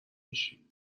میشی